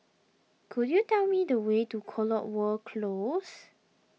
could you tell me the way to Cotswold Close